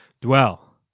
Dwell